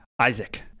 Isaac